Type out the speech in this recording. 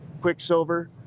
Quicksilver